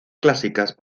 clásicas